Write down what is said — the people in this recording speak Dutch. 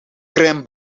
crème